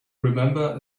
remember